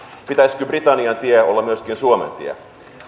pitäisikö britannian tie olla myöskin suomen tie